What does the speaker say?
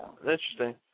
interesting